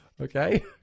okay